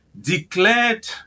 declared